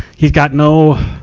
he's got no,